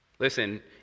Listen